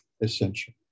essential